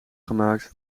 gemaakt